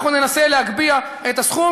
אנחנו ננסה להגביה את הסכום,